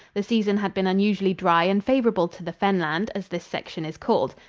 the season had been unusually dry and favorable to the fen land, as this section is called.